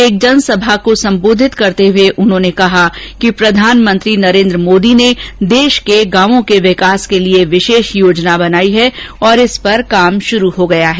एक जनसभा को संबोधित करते हुए उन्होंने कहा कि प्रधानमंत्री नरेन्द्र मोदी ने देश के गांवों के विकास के लिए विशेष योजना बनाई है और इस पर काम शुरू हो गया है